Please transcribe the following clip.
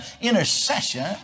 Intercession